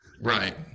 Right